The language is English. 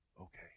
okay